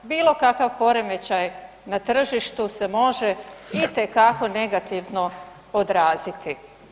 Bilokakav poremećaj na tržištu se može itekako negativno odraziti.